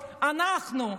אנחנו,